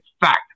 Fact